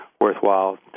worthwhile